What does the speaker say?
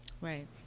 right